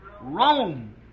Rome